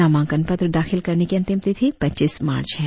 नामांकन पत्र दाखिल करने की अंतिम तिथि पच्चीस मार्च है